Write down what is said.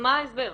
--- מה ההסבר?